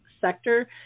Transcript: sector